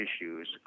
issues